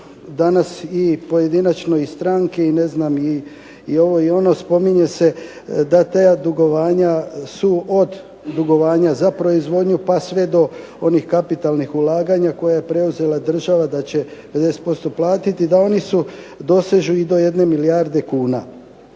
danas i pojedinačno i stranke i ne znam i ovo i ono spominje se da ta dugovanja su od dugovanja za proizvodnju pa sve do onih kapitalnih ulaganja koje je preuzela država da će 50% platiti, da oni dosežu i do jedno milijarde kuna.